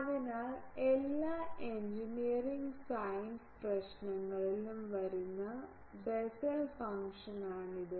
അതിനാൽ എല്ലാ engineering science പ്രശ്നങ്ങളിലും വരുന്ന ബെസെൽ ഫംഗ്ഷനാണിത്